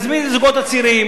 נזמין את הזוגות הצעירים,